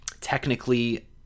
technically